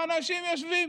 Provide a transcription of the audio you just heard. ואנשים יושבים: